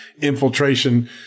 infiltration